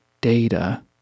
data